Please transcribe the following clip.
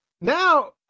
Now